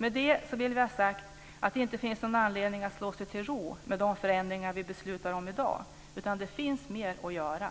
Med det vill vi ha sagt att det inte finns någon anledning att slå sig till ro med de förändringar vi beslutar om i dag. Det finns mer att göra.